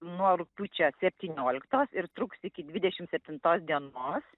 nuo rugpjūčio septynioliktos ir truks iki dvidešim septintos dienos